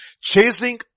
chasing